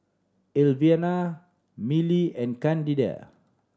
Elvina Millie and Candida